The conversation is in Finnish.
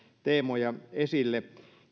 teemoja esille